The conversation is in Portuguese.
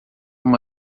uma